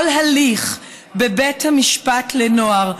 כל הליך בבית המשפט לנוער,